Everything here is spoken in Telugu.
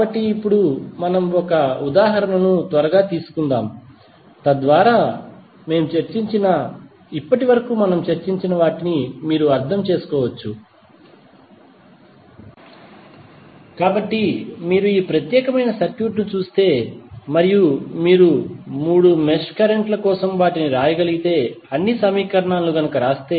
కాబట్టి ఇప్పుడు మనం ఒక ఉదాహరణను త్వరగా తీసుకుందాం తద్వారా మనము ఇప్పటివరకు చర్చించిన వాటిని మీరు అర్థం చేసుకోవచ్చు కాబట్టి మీరు ఈ ప్రత్యేకమైన సర్క్యూట్ను చూస్తే మరియు మీరు 3 మెష్ కరెంట్ ల కోసం వ్రాయగలిగే అన్ని సమీకరణాలను వ్రాస్తే